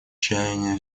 чаяния